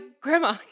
Grandma